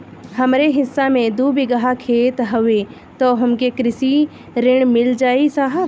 हमरे हिस्सा मे दू बिगहा खेत हउए त हमके कृषि ऋण मिल जाई साहब?